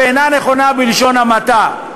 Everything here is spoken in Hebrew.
ואינה נכונה בלשון המעטה.